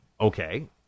Okay